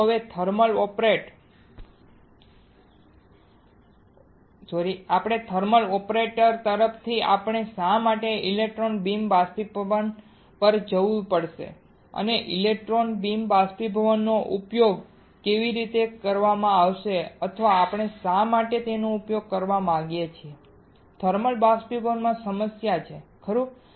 તો હવે thermal operator તરફથી આપણે શા માટે ઇલેક્ટ્રોન બીમ બાષ્પીભવન પર જવું પડશે અને ઇલેક્ટ્રોન બીમ બાષ્પીભવનનો ઉપયોગ કેવી રીતે કરવામાં આવશે અથવા આપણે શા માટે તેનો ઉપયોગ કરવા માગીએ છીએ થર્મલ બાષ્પીભવનમાં સમસ્યા છે ખરું